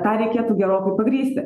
tą reikėtų gerokai pagrįsti